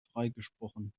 freigesprochen